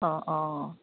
অঁ অঁ